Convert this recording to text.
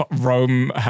Rome